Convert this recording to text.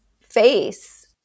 face